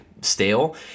stale